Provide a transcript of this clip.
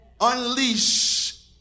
Unleash